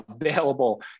available